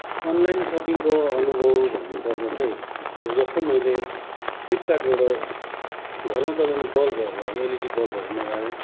online सपिङको अनुभव भन्नुपर्दा चाहिँ अब जस्तो मैले फ्लिपकार्टबाट घरमा जलाउने बल्बहरू अब एलइडी बल्बहरू मगाएँ